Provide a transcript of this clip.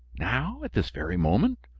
now? at this very moment?